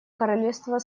королевство